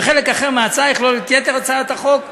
וחלק אחר מההצעה יכלול את יתר הצעת החוק.